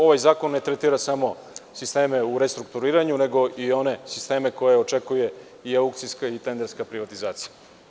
Ovaj zakon ne tretira samo sisteme u restrukturiranju, nego i one sisteme koje očekuje aukcijska i tenderska privatizacija.